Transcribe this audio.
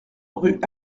rue